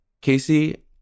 Casey